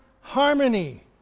harmony